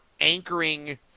anchoring